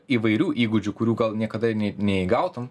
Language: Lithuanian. įvairių įgūdžių kurių gal niekada ir nė neįgautum